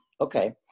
Okay